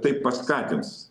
tai paskatins